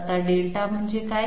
आता δ म्हणजे काय